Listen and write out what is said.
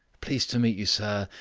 pleased to meet you, sir.